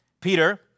Peter